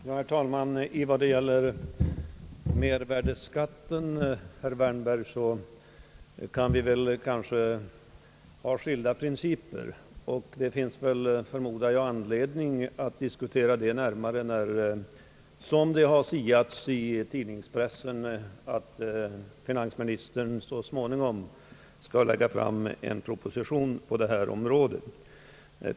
Herr talman! När det gäller mervärdeskatten, herr Wärnberg, kan vi kanske ha skilda principer och det finns, förmodar jag, anledning att diskutera det senare när — som det har siats om i pressen finansministern så småningom skall lägga fram en proposition på detta område.